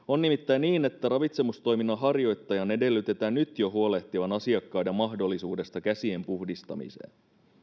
on nimittäin niin että ravitsemustoiminnan harjoittajan edellytetään nyt jo huolehtivan asiakkaiden mahdollisuudesta käsien puhdistamiseen ja